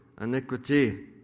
iniquity